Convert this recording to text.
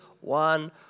one